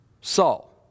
Saul